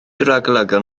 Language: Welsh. ragolygon